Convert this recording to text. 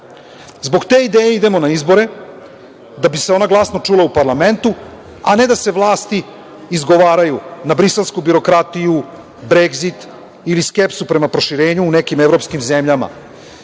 te ideje idemo na izbore da bi se ona glasno čula u parlamentu, a ne da se vlasti izgovaraju na briselsku birokratiju, Bregzit ili skepsu prema proširenju u nekim evropskim zemljama. Jer,